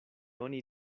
oni